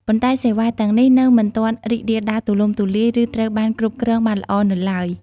ប៉ុន្តែសេវាទាំងនេះនៅមិនទាន់រីករាលដាលទូលំទូលាយ ឬត្រូវបានគ្រប់គ្រងបានល្អនៅឡើយ។